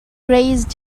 raised